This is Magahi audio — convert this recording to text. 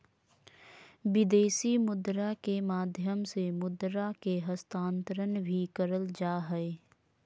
विदेशी मुद्रा के माध्यम से मुद्रा के हस्तांतरण भी करल जा हय